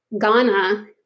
Ghana